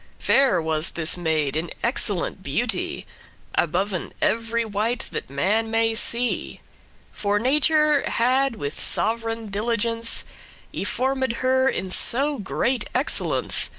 fair was this maid in excellent beauty aboven ev'ry wight that man may see for nature had with sov'reign diligence y-formed her in so great excellence,